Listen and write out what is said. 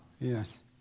Yes